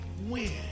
win